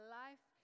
life